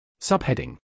Subheading